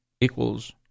equals